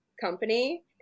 company